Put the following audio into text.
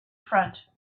front